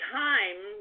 time